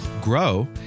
grow